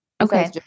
Okay